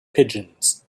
pigeons